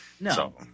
No